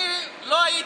אני לא הייתי,